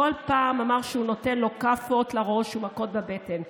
בכל פעם אמר שהוא נותן לו כאפות בראש ומכות בבטן.